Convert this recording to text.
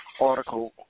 article